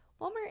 Walmart